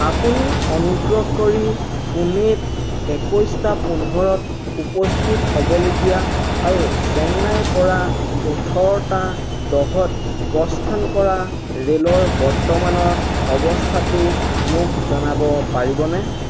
আপুনি অনুগ্ৰহ কৰি পুনেত একৈশটা পোন্ধৰত উপস্থিত হ'বলগীয়া আৰু চেন্নাইৰ পৰা ওঠৰটা দহত প্ৰস্থান কৰা ৰেইলৰ বৰ্তমানৰ অৱস্থাটো মোক জনাব পাৰিবনে